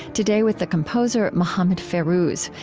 today, with the composer mohammed fairouz,